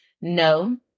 No